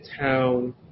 town